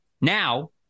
Now